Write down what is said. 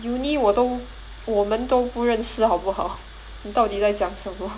uni 我都我们都不认识好不好你到底在讲什么